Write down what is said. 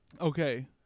Okay